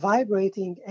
Vibrating